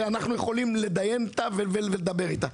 שאנחנו יכולים להתדיין איתה ולדבר עליה.